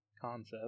concept